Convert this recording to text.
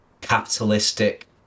capitalistic